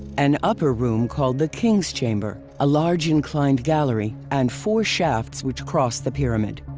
an upper room called the king's chamber. a large inclined gallery and four shafts which cross the pyramid.